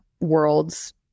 worlds